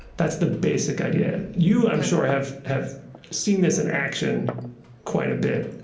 that's the basic idea. you, i'm sure, have have seen this in action quite a bit.